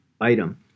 item